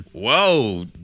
whoa